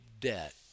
debt